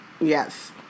Yes